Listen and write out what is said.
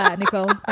um nicole,